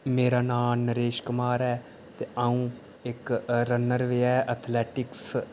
मेरा नांऽ नरेश कुमार ऐ ते अ'ऊं इक रनर रेहा हा अथलेटिकस